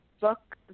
book